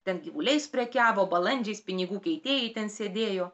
ten gyvuliais prekiavo balandžiais pinigų keitėjai ten sėdėjo